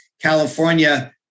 California